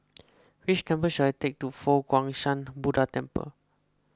which should I take to Fo Guang Shan Buddha Temple